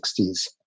1960s